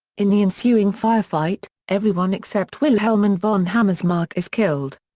in the ensuing firefight, everyone except wilhelm and von hammersmark is killed.